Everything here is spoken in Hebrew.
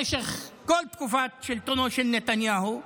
במשך כל תקופת שלטונו של נתניהו,